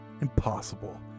Impossible